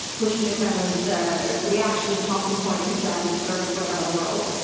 pushing the kremlin's ah reactions, talking points and strategy for whatever is going on in the world.